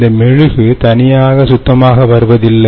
இந்த மெழுகு தனியாக சுத்தமாக வருவதில்லை